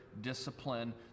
discipline